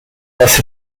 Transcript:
was